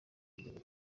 kugeza